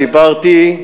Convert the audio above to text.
דיברתי,